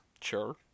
Sure